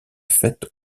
faite